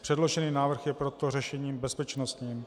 Předložený návrh je proto řešením bezpečnostním.